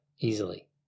easily